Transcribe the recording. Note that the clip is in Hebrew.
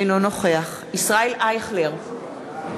אינו נוכח ישראל אייכלר,